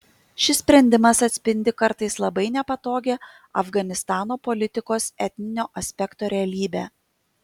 šis sprendimas atspindi kartais labai nepatogią afganistano politikos etninio aspekto realybę